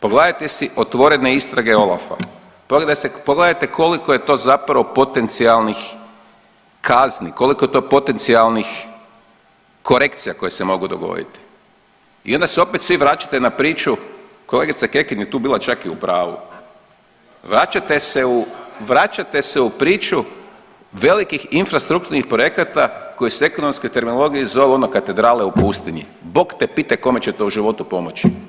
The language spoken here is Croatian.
Pogledajte si otvorene istrage OLAF-a, pogledajte koliko je to zapravo potencijalnih kazni, koliko je to potencijalnih korekcija koje se mogu dogoditi i onda se svi opet vraćate na priču, kolegica Kekin je tu bila čak i u pravu, vraćate se, vraćate se u priču velikih infrastrukturnih projekata koji s ekonomske terminologije zovu ono katedrale u pustinji, bog te pitaj kome će to u životu pomoći.